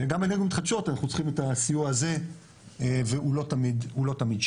וגם באנרגיות מתחדשות אנחנו צריכים את הסיוע הזה והוא לא תמיד שם.